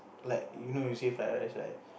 like you know you say fried rice right